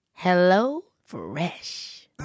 HelloFresh